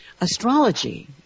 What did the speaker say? astrology